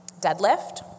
Deadlift